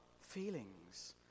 feelings